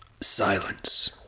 Silence